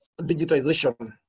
digitization